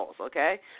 Okay